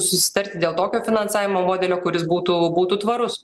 susitarti dėl tokio finansavimo modelio kuris būtų būtų tvarus